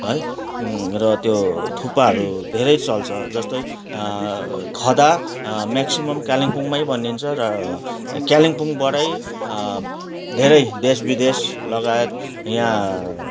है र त्यो थुक्पाहरू धेरै चल्छ जस्तै खदा मेक्सिमम् कालिम्पोङमै बनिन्छ र कालिम्पोङबाटै धेरै देश विदेश लगायत यहाँ